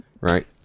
right